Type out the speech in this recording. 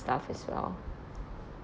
stuff as well